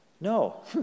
No